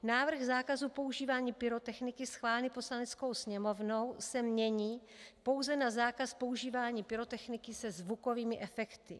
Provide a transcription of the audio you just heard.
Návrh zákazu používání pyrotechniky schválený Poslaneckou sněmovnou se mění pouze na zákaz používání pyrotechniky se zvukovými efekty.